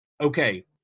okay